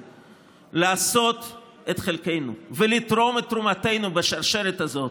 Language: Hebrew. לעשות את חלקנו ולתרום את תרומתנו בשרשרת הזאת,